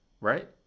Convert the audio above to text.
right